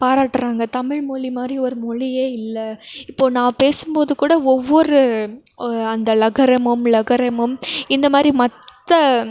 பாராட்டுறாங்க தமிழ் மொழி மாதிரி ஒரு மொழியே இல்லை இப்போது நான் பேசும்போது கூட ஒவ்வொரு அந்த லகரமும் ழகரமும் இந்த மாதிரி மற்ற